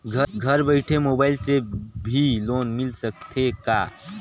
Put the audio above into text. घर बइठे मोबाईल से भी लोन मिल सकथे का?